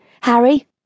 Harry